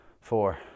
four